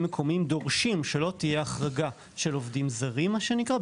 מקומיים דורשים שלא תהיה החרגה של עובדים זרים מה שנקרא,